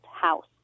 house